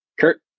kurt